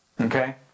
Okay